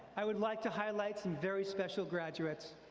i would like to highlight some very special graduates.